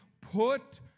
put